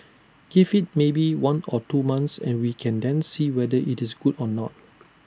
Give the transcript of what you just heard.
give IT maybe one or two months and we can then see whether IT is good or not